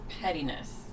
pettiness